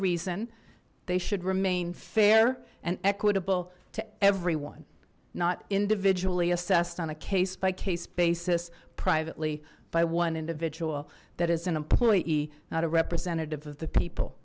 reason they should remain fair and equitable to everyone not individually assessed on a case by case basis privately by one individual that is an employee not a representative of the people